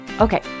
Okay